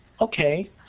Okay